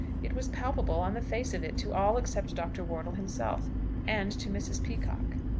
it was palpable, on the face of it, to all except dr. wortle himself and to mrs. peacocke.